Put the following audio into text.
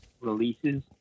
releases